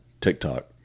TikTok